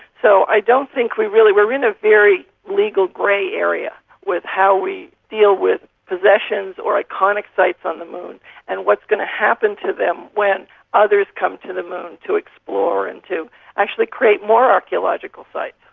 so i don't think we really, we are in a very legal grey area with how we deal with possessions or iconic sites on the moon and what's going to happen to them when others come to the moon to explore and to actually create more archaeological sites.